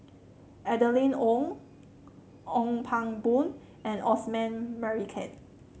Adeline Ooi Ong Pang Boon and Osman Merican